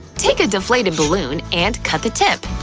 take a deflated balloon and cut the tip.